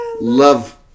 love